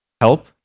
help